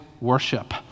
worship